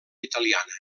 italiana